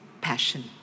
Passion